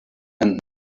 and